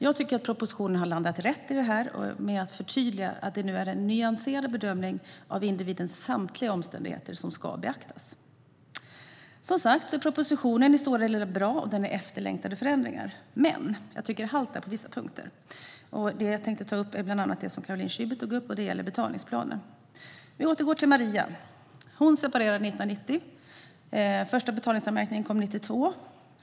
Jag tycker att propositionen har landat rätt genom att förtydliga att det är fråga om en nyanserad bedömning av individens samtliga omständigheter. Propositionen är i stora delar bra, och det är fråga om efterlängtade förändringar - men den haltar på vissa punkter. Det jag tänkte ta upp är vad Caroline Szyber bland annat tog upp, nämligen betalningsplaner. Vi återgår till Maria. Hon separerade 1990. Första betalningsanmärkningen kom 1992.